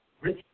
rich